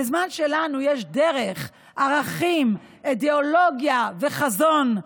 בזמן שלנו יש דרך, ערכים, אידיאולוגיה וחזון,